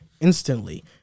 instantly